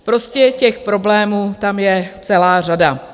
Prostě těch problémů tam je celá řada.